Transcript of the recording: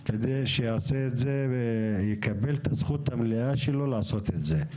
כדי שהוא יעשה את זה ויקבל את הזכות המלאה שלו לעשות את זה.